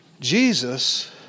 Jesus